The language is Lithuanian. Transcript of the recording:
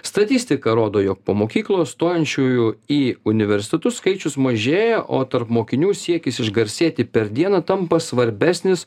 statistika rodo jog po mokyklos stojančiųjų į universitetus skaičius mažėja o tarp mokinių siekis išgarsėti per dieną tampa svarbesnis